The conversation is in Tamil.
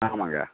ஆமாங்க